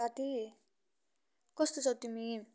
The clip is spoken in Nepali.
साथी कस्तो छौ तिमी